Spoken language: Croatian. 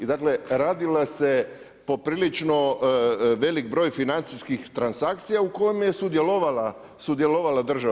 Dakle, radila se poprilično velik broj financijskih transakcija u kojem je sudjelovala država.